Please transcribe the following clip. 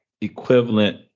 Equivalent